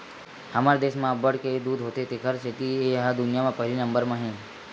हमर देस म अब्बड़ के दूद होथे तेखर सेती ए ह दुनिया म पहिली नंबर म हे